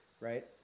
Right